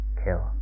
kill